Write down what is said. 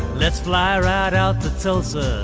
let's fly right out to tulsa,